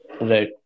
Right